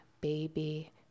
baby